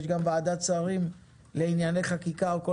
יש גם ועדת שרים לענייני חקיקה או כל